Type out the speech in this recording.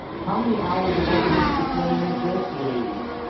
how many hours of overhead did you put in it this week.